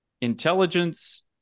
intelligence